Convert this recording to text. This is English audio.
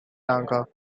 lanka